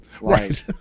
Right